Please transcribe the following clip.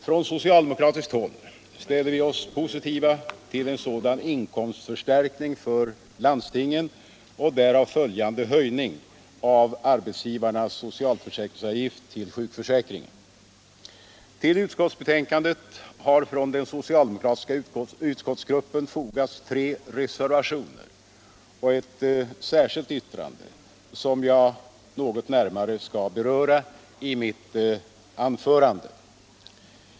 Från socialdemokratiskt håll ställer vi oss positiva till en sådan inkomstförstärkning för landstingen och därav följande höjning av arbetsgivarnas socialförsäkringsavgift till sjukförsäkringen. Till utskottsbetänkandet har från den socialdemokratiska utskottsgruppen fogats tre reservationer och ett särskilt yttrande som jag något närmare skall beröra i mitt anförande.